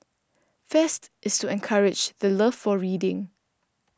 fest is to encourage the love for reading